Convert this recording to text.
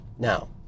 Now